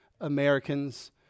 americans